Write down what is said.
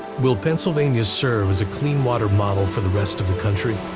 will pennsylvania serve as a clean-water model for the rest of the country?